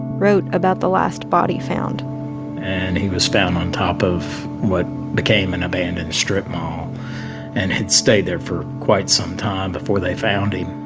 wrote about the last body found and he was found on top of what became an abandoned strip mall and had stayed there for quite some time before they found him